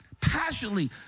passionately